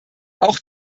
auch